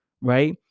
Right